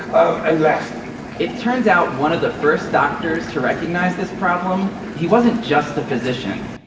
um and left it turns out one of the first doctors to recognize this problem, he wasn't just a physician,